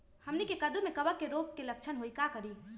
हमनी के कददु में कवक रोग के लक्षण हई का करी?